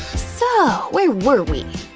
so, where were we?